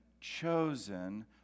chosen